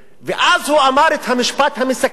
ואז הוא אמר את המשפט המסכם,